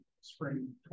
spring